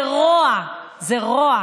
זה רוע, זה רוע.